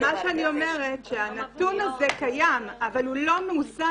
מה שאני אומרת שהנתון הזה קיים אבל הוא לא מוזן